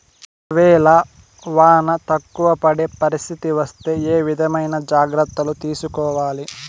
ఒక వేళ వాన తక్కువ పడే పరిస్థితి వస్తే ఏ విధమైన జాగ్రత్తలు తీసుకోవాలి?